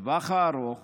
לטווח הארוך